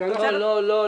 בתוצרת --- לא,